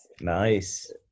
Nice